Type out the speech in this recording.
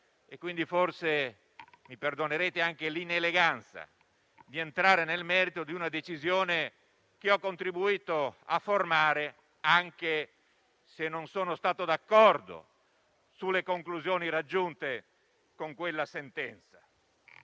quindi forse mi perdonerete l'ineleganza di entrare nel merito di una decisione che ho contribuito a formare, anche se non sono stato d'accordo sulle conclusioni raggiunte con quella sentenza.